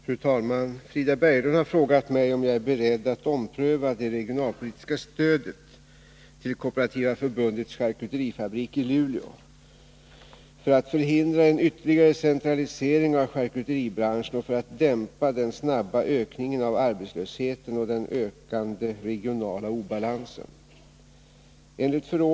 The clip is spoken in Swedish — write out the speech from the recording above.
Fru talman! Frida Berglund har frågat mig om jag är beredd att ompröva det regionalpolitiska stödet till Kooperativa Förbundets charkuterifabrik i Luleå för att förhindra en ytterligare centralisering: av charkuteribranschen och för att dämpa den snabba ökningen av arbetslösheten och den ökande regionala obalansen.